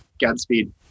Godspeed